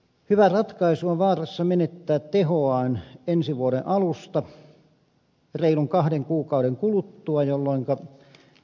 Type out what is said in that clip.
hyvä ratkaisu on vaarassa menettää tehoaan ensi vuoden alusta reilun kahden kuukauden kuluttua jolloinka veronhuojennus puolittuu